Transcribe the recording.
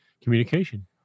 communication